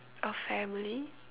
a family